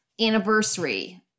anniversary